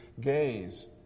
gaze